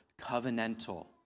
covenantal